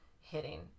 hitting